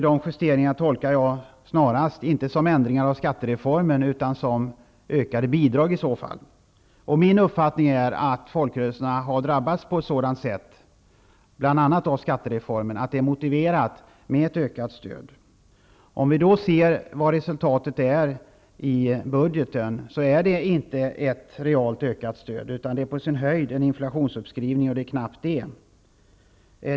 Dessa justeringar tolkar jag inte närmast som ändringar av skattereformen, utan som ökade bidrag. Min uppfattning är att folkrörelserna har drabbats på ett sådant sätt -- bl.a. av skattereformen -- att det är motiverat med ett ökat stöd. Om vi ser på resultatet i budgeten så är det inte ett realt ökat stöd, utan det är på sin höjd en inflationsuppskrivning, och det är knappt det.